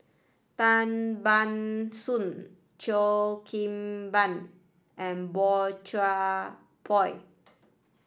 Tan Ban Soon Cheo Kim Ban and Boey Chuan Poh